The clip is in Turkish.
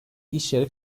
işyeri